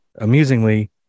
amusingly